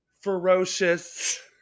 ferocious